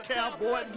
Cowboy